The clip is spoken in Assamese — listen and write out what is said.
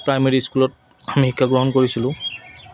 প্ৰাইমেৰী স্কুলত আমি শিক্ষা গ্ৰহণ কৰিছিলোঁ